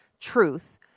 truth